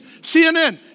CNN